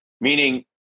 meaning